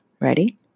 Ready